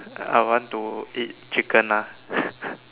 I want to eat chicken ah